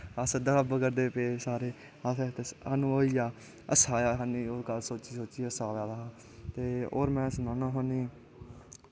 अस दड़ब्ब करदे पे सारे साह्नू ओह् होईया हास्सा आया साह्नू सोची सोचिया हासा आया साह्नू ते होर में सनाना थोआनू